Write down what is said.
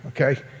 okay